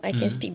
mm